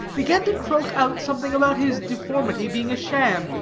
began to croak out something about his deformity being a sham,